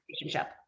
relationship